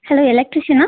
hello எலெக்ட்ரிஷனா